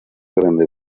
grande